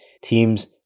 teams